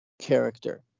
character